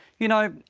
you know,